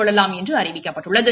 கொள்ளலாம் என்று அறிவிக்கப்பட்டுள்ளது